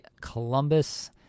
Columbus